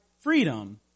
freedom